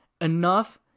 enough